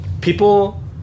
people